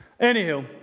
Anywho